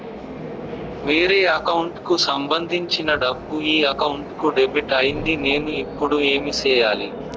వేరే అకౌంట్ కు సంబంధించిన డబ్బు ఈ అకౌంట్ కు డెబిట్ అయింది నేను ఇప్పుడు ఏమి సేయాలి